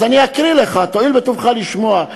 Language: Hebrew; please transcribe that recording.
אז אני אקריא לך, תואיל בטובך לשמוע: